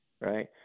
right